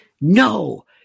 No